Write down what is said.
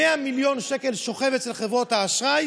100 מיליון שקלים שוכבים אצל חברות האשראי